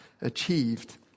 achieved